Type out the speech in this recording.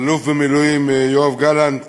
אלוף במילואים יואב גלנט,